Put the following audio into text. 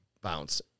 bounce